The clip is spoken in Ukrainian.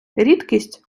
рідкість